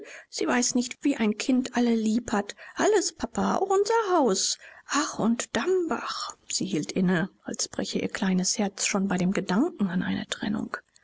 sie weiß nicht wie ein kind alle lieb hat alles papa auch unser haus ach und dambach sie hielt inne als breche ihr kleines herz schon bei dem gedanken an eine trennung